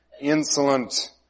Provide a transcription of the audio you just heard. insolent